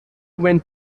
went